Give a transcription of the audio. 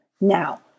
Now